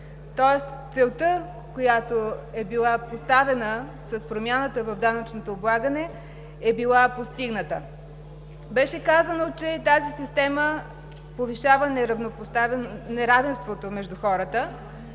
Тоест целта, която е била поставена с промяната в данъчното облагане, е била постигната. Беше казано, че тази система повишава неравенството между хората.